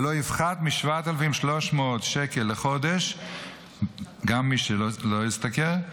ולא יפחת מכ-7,300 שקל לחודש גם למי שלא השתכר,